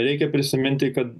reikia prisiminti kad